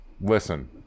listen